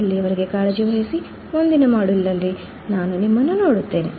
ಅಲ್ಲಿಯವರೆಗೆ ಕಾಳಜಿ ವಹಿಸಿ ಮುಂದಿನ ಮಾಡ್ಯೂಲ್ನಲ್ಲಿ ನಾನು ನಿಮ್ಮನ್ನು ನೋಡುತ್ತೇನೆ